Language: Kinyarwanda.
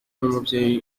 n’umubyeyi